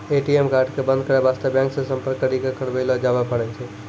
ATM card क बन्द करै बास्ते बैंक से सम्पर्क करी क करबैलो जाबै पारै छै